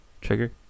trigger